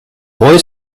boy